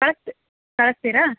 ಕಳ್ಸಿ ಕಳಿಸ್ತೀರಾ